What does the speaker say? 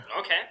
Okay